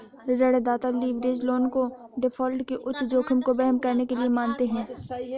ऋणदाता leverage loan को default के उच्च जोखिम को वहन करने के लिए मानते हैं